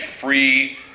free